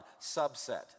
subset